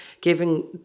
giving